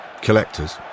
Collectors